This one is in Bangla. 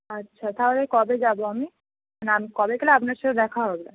আচ্ছা তাহলে কবে যাবো আমি মানে আমি কবে গেলে আপনার সাথে দেখা হবে